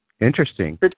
Interesting